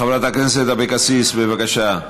חברת הכנסת אבקסיס, בבקשה.